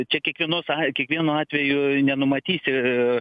čia kiekvienos a ir kiekvienu atveju nenumatysi